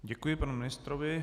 Děkuji panu ministrovi.